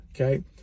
Okay